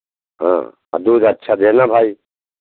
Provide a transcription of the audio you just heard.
हाँ दूध अच्छा देना भाई